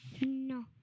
No